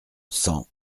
cent